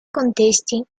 contesti